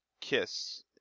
kiss